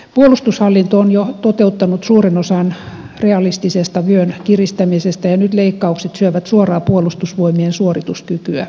puolustushallinto on jo toteuttanut suuren osan realistisesta vyön kiristämisestä ja nyt leikkaukset syövät suoraan puolustusvoimien suorituskykyä